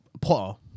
Potter